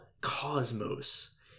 cosmos